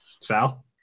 Sal